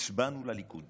הצבענו לליכוד